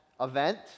event